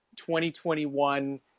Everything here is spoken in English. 2021